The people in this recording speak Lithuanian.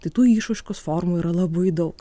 tai tų išraiškos formų yra labai daug